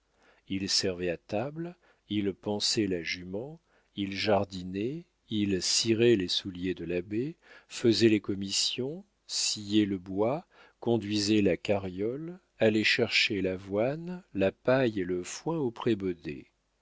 il servait à table il pansait la jument il jardinait il cirait les souliers de l'abbé faisait les commissions sciait le bois conduisait la carriole allait chercher l'avoine la paille et le foin au prébaudet